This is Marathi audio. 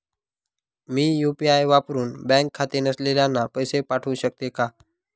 मी यू.पी.आय वापरुन बँक खाते नसलेल्यांना पैसे पाठवू शकते का?